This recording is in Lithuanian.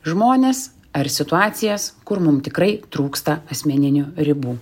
žmones ar situacijas kur mum tikrai trūksta asmeninių ribų